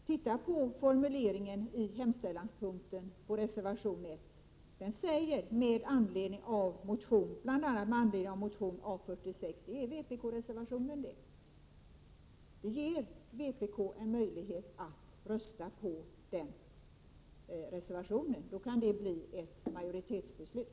Titta på formuleringen av hemställan i reservation 1 — där finns motion A46, dvs. vpk-motionen, med. Det ger vpk en möjlighet att rösta på reservation 1, som då kan få majoritet.